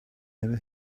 never